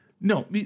No